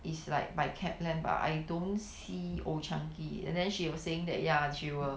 it's like my cap lamp bah I don't see Old Chang Kee and then she was saying that ya she will